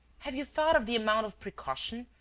have you thought of the amount of precaution,